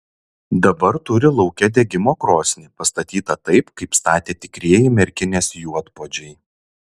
dabar turi lauke degimo krosnį pastatytą taip kaip statė tikrieji merkinės juodpuodžiai